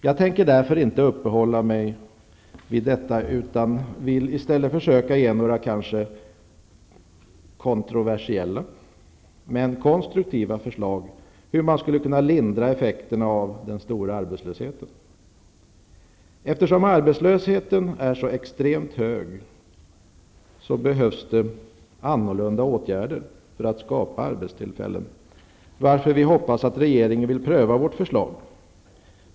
Jag tänker därför inte uppehålla mig vid det utan vill i stället ställa några kanske kontroversiella men konstruktiva förslag om hur man skulle kunna lindra effekterna av den stora arbetslösheten. Eftersom arbetslösheten är extremt hög behövs det nu annorlunda åtgärder för att skapa arbetstillfällen, varför vi hoppas att regeringen vill pröva vårt förslag.